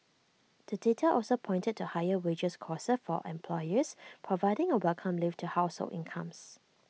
the data also pointed to higher wages costs for employers providing A welcome lift to household incomes